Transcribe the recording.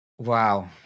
Wow